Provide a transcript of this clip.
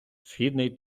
східний